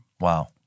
Wow